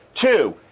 Two